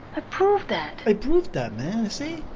proved that i proved that man